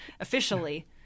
officially